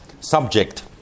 subject